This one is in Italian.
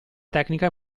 tecnica